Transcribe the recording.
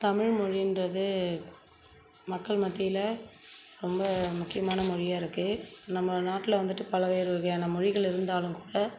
தமிழ் மொழின்றது மக்கள் மத்தியில் ரொம்ப முக்கியமான மொழியாக இருக்குது நம்ம நாட்டில் வந்துட்டு பல வகையான மொழிகள் இருந்தாலும் கூட